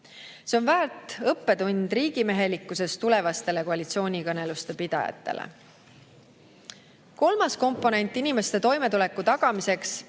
See on väärt õppetund riigimehelikkusest tulevastele koalitsioonikõneluste pidajatele. Kolmas komponent inimeste toimetuleku tagamiseks